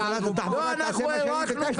ב-09.30.